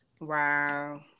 Wow